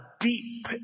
deep